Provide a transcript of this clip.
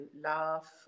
laugh